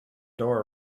door